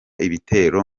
ibitero